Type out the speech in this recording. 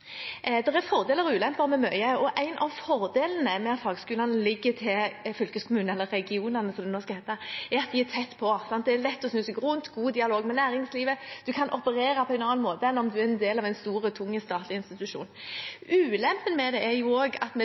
er fordeler og ulemper med mye, og en av fordelene med at ansvaret for fagskolene ligger til fylkeskommunen, eller «regionene», som det nå skal hete, er at de er tett på. Det er lett å snu seg rundt, det er god dialog med næringslivet. Man kan operere på en annen måte enn om man er en del av en stor, tung statlig institusjon. Ulempen med det er at vi